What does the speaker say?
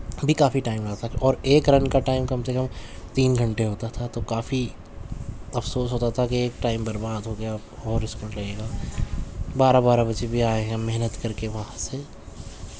ابھی کافی ٹائم لگتا اور ایک رن کا ٹائم کم سے کم تین گھنٹے ہوتا تھا تو کافی افسوس ہوتا تھا کہ ایک ٹائم برباد ہو گیا اور کا بارہ بارہ بجھے بھی آئے ہیں ہم محنت کر کے وہاں سے